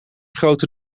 groter